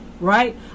right